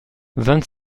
vingt